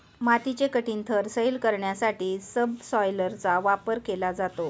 मातीचे कठीण थर सैल करण्यासाठी सबसॉयलरचा वापर केला जातो